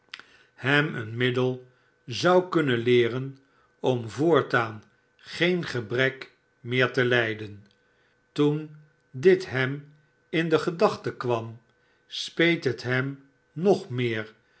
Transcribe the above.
hem een middel zou kunnen leeren om voortaan geen gebrek meer te hjden toen dit hem in de gedachte kwam speet het hem nog meer